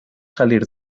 salir